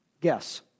Guess